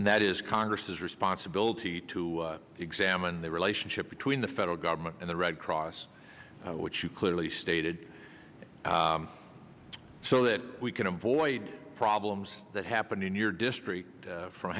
and that is congress's responsibility to examine the relationship between the federal government and the red cross which you clearly stated so that we could avoid problems that happened in your district from